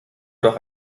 doch